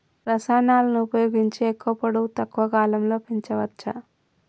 రసాయనాలను ఉపయోగించి ఎక్కువ పొడవు తక్కువ కాలంలో పెంచవచ్చా?